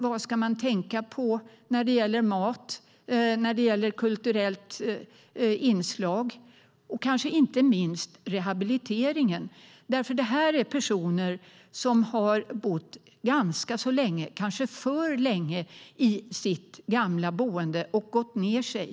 Vad ska man tänka på när det gäller mat, när det gäller kulturellt inslag och kanske inte minst rehabiliteringen? Det här är personer som har bott ganska så länge, kanske för länge, i sitt gamla boende och gått ned sig.